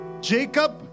jacob